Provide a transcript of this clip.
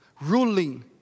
ruling